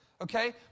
Okay